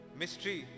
Mystery